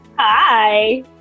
Hi